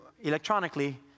electronically